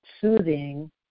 soothing